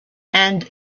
and